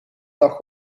lag